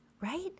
Right